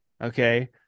Okay